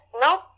nope